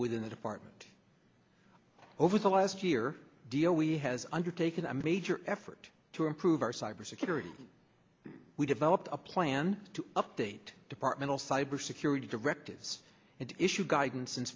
within the department over the last year deal we has undertaken a major effort to improve our cyber security we developed a plan to update departmental cyber security directives and issued guidance